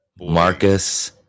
Marcus